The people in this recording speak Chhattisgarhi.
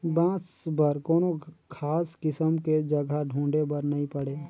बांस बर कोनो खास किसम के जघा ढूंढे बर नई पड़े